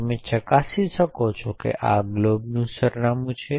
તમે ચકાસી શકો છો કે આ ગ્લોબનું સરનામું છે